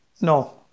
No